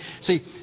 See